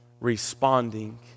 responding